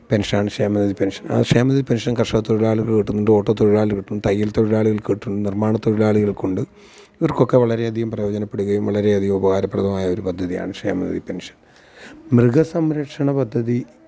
പെന്ഷനാണ് ക്ഷേമനിധി പെന്ഷന് അത് ക്ഷേമനിധി പെന്ഷന് കര്ഷക തൊഴിലാളികള്ക്ക് കിട്ടുന്നൊണ്ട് ഓട്ടോ തൊഴിലാളികള്ക്ക് കിട്ടും തയ്യല് തൊഴിലാളികള്ക്ക് കിട്ടുന്നൊണ്ട് നിര്മ്മാണ തൊഴിലാളികള്ക്കുണ്ട് ഇവര്ക്കൊക്കെ വളരെയധികം പ്രയോജനപ്പെടുകയും വളരെ അധികം ഉപകാരപ്രദമായ ഒരു പദ്ധതിയാണ് ക്ഷേമനിധി പെന്ഷന് മൃഗസംരക്ഷണ പദ്ധതി